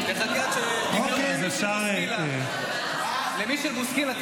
תקראו למישל בוסקילה,